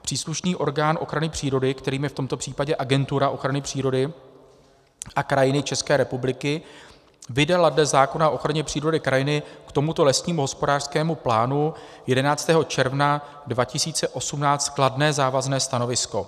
Příslušný orgán ochrany přírody, kterým je v tomto případě Agentura ochrany přírody a krajiny České republiky, vydala dle zákona o ochraně přírody a krajiny k tomuto lesnímu hospodářskému plánu 11. června 2018 kladné závazné stanovisko.